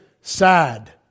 sad